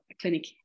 clinic